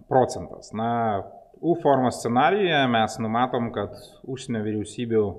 procentas na u formos scenarijuje mes numatom kad užsienio vyriausybių